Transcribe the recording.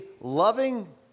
loving